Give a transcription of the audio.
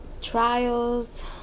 trials